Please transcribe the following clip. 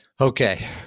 Okay